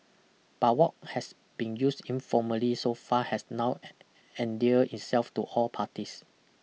but what has been used informally so far has now endear itself to all parties